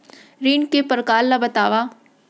ऋण के परकार ल बतावव?